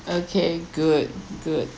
okay good good